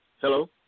Hello